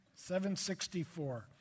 764